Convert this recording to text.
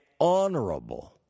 honorable